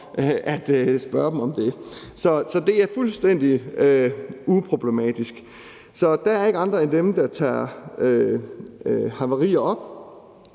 at spørge dem om det. Så det er fuldstændig uproblematisk. Så der er ikke andre end dem, der tager havarier op.